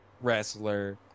wrestler